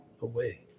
away